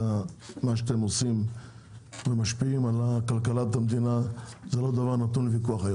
ומה שאתם עושים ומשפיעים על כלכלת המדינה זה לא דבר שנתון לוויכוח.